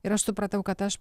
ir aš supratau kad aš